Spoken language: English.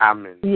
Amen